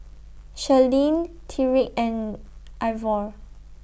Sherlyn Tyreek and Ivor